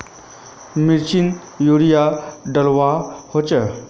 मिर्चान यूरिया डलुआ होचे?